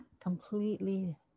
completely